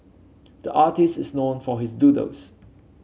the artist is known for his doodles